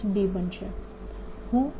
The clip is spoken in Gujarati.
બનશે